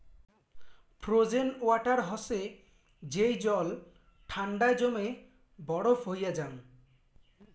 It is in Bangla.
ফ্রোজেন ওয়াটার হসে যেই জল ঠান্ডায় জমে বরফ হইয়া জাং